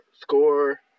score